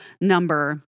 number